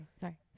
sorry